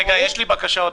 רגע, יש לי עוד בקשה אחת.